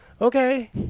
okay